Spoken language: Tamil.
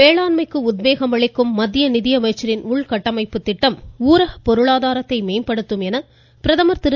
வேளாண்மைக்கு உத்வேகம் அளிக்கும் மத்திய நிதியமைச்சரின் உள்கட்டமைப்பு திட்டம் ஊரக பொருளாதாரத்தை மேம்படுத்தும் என்று பிரதமர் திரு